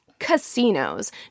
casinos